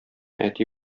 әти